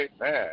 amen